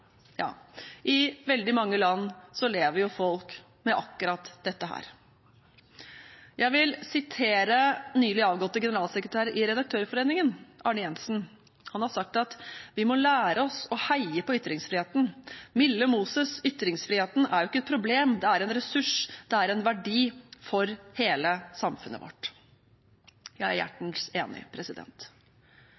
I veldig mange land lever folk med akkurat dette. Jeg vil sitere den nylig avgåtte generalsekretæren i redaktørforeningen, Arne Jensen. Han har sagt: Vi må lære oss å heie på ytringsfriheten! Milde Moses, ytringsfriheten er jo ikke et problem! Det er en ressurs. Det er en verdi. For hele samfunnet vårt. Jeg er